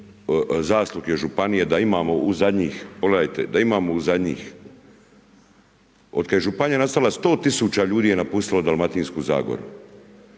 zasluge županije da imamo u zadnjih, pogledajte da imamo u zadnjih od kad je županija nastala 100 tisuća ljudi je napustilo Dalmatinsku zagoru.